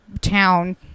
town